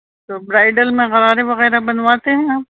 تو برائڈل میں غرارے وغیرہ بنواتے ہیں آپ